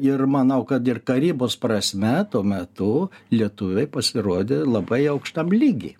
ir manau kad ir karybos prasme tuo metu lietuviai pasirodė labai aukštam lygy